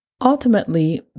Ultimately